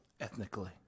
ethnically